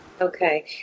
Okay